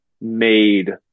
made